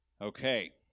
Okay